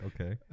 Okay